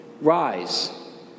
rise